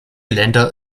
länder